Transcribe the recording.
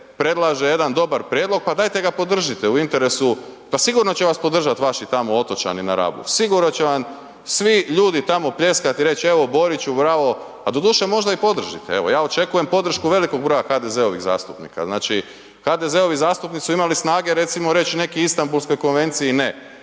predlaže jedan dobar prijedlog, pa dajete ga podržite u interesu, pa sigurno će vas podržat vaši tamo otočani na Rabu, sigurno će vam svi ljudi tamo pljeskat i reć evo Boriću bravo, a doduše možda i podržite, evo ja očekujem podršku velikog broja HDZ-ovih zastupnika, znači HDZ-ovi zastupnici su imali snage recimo reć neki Istambulskoj konvenciji ne